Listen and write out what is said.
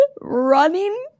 running